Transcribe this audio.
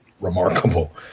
remarkable